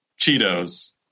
Cheetos